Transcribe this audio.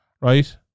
Right